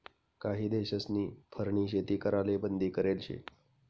काही देशस्नी फरनी शेती कराले बंदी करेल शे